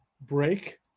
break